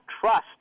trust